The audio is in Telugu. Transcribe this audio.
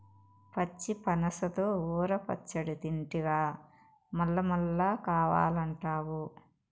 పచ్చి పనసతో ఊర పచ్చడి తింటివా మల్లమల్లా కావాలంటావు